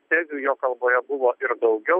tezių jo kalboje buvo ir daugiau